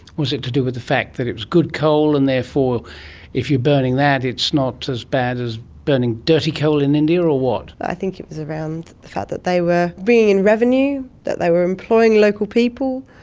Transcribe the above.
was it to do with the fact that it was good coal and therefore if you're burning that it's not as bad as burning dirty coal in india, or what? i think it was around the fact that they were bringing in revenue, that they were employing local people.